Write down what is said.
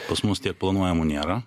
pas mus tiek planuojamų nėra